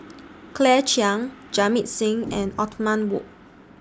Claire Chiang Jamit Singh and Othman Wok